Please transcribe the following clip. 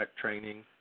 training